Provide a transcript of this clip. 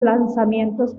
lanzamientos